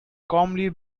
calmly